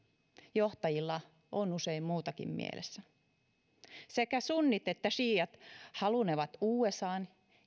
johtajilla on usein muutakin mielessä sekä sunnit että siiat halunnevat usan